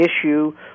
issue